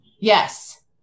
Yes